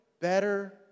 better